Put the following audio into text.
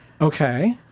Okay